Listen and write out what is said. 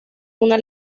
una